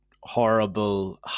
horrible